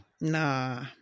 Nah